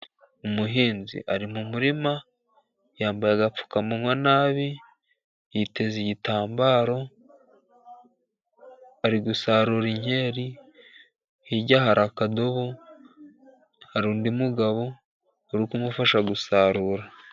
Umuhinzi ari mu murima yambaye agapfukamunwa nabi, yiteze igitambaro, ari gusarura inkeri. Hirya hari akadobo. Hari undi mugabo uri kumufasha gusarura.